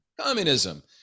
Communism